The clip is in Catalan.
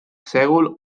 sègol